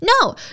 No